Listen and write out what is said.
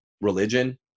religion